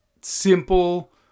simple